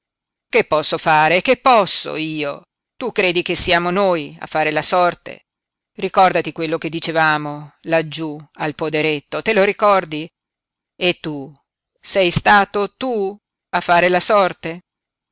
che posso fare che posso io tu credi che siamo noi a fare la sorte ricordati quello che dicevamo laggiú al poderetto te lo ricordi e tu sei stato tu a fare la sorte